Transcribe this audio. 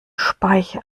speiche